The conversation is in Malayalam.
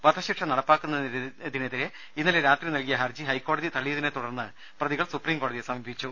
വധശിക്ഷ നടപ്പാക്കുന്നതിനെതിരെ ഇന്നലെ രാത്രി നൽകിയ ഹർജി ഹൈക്കോടതി തള്ളിയതിനെ തുടർന്ന് പ്രതികൾ സുപ്രീംകോടതിയെ സമീപിച്ചു